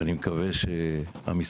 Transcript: ואני מקווה שמשרד